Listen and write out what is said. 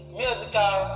musical